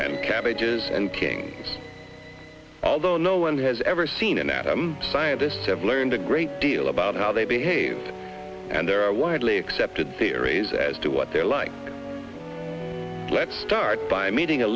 and cabbages and kings although no one has ever seen an atom scientists have learned a great deal about how they behave and there are widely accepted theories as to what they're like let's start by meeting a